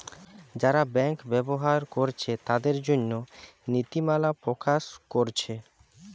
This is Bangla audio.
যারা ব্যাংক ব্যবহার কোরছে তাদের জন্যে নীতিমালা প্রকাশ কোরছে